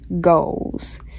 goals